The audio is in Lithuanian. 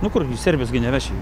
nu kur iš serbijos gi neveši